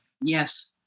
Yes